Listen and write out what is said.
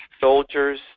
soldiers